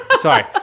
Sorry